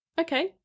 Okay